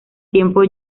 tiempo